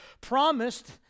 promised